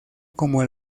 como